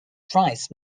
price